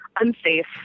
unsafe